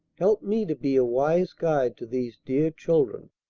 help me to be a wise guide to these dear children